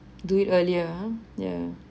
do it earlier ah yeah